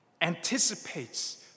anticipates